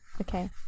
Okay